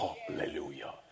Hallelujah